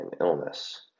illness